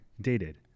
dated